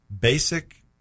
basic